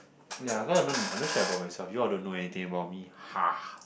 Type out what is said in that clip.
ya cause I don't I don't share about myself you all don't know anything about me